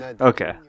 Okay